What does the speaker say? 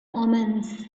omens